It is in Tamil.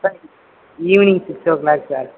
sir evening six o'clock sir